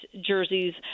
jerseys